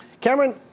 Cameron